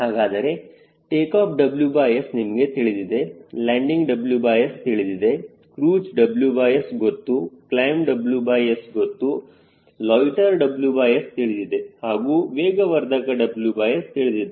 ಹಾಗಾದರೆ takeoff WS ನಿಮಗೆ ತಿಳಿದಿದೆ ಲ್ಯಾಂಡಿಂಗ್ WS ತಿಳಿದಿದೆ ಕ್ರೂಜ್ WS ಗೊತ್ತು ಕ್ಲೈಮ್ WS ಗೊತ್ತು ಲೊಯ್ಟ್ಟೆರ್ WS ತಿಳಿದಿದೆ ಹಾಗೂ ವೇಗವರ್ಧಕ WS ತಿಳಿದಿದೆ